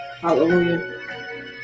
Hallelujah